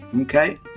okay